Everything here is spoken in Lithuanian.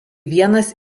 vienas